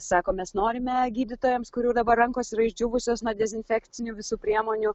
sako mes norime gydytojams kurių dabar rankos yra išdžiūvusios nuo dezinfekcinių visų priemonių